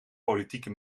politieke